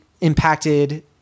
impacted